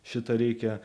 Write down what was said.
šitą reikia